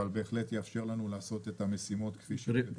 אבל בהחלט יאפשר לנו לעשות את המשימות כפי שהתוותה השרה.